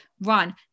run